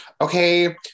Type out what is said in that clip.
okay